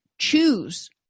Choose